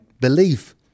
belief